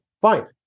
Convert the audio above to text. fine